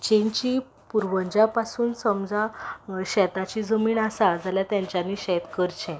जांचीं पुर्वजा पासून समजा शेताची जमीन आसा जाल्या तांच्यांनी शेत करचें